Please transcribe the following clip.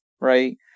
right